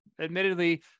admittedly